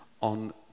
on